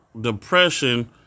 depression